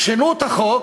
שינו את החוק